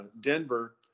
Denver